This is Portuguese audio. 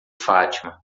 fátima